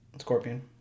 Scorpion